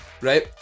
right